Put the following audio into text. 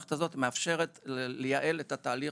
המערכת הזאת מאפשרת לייעל את התהליך,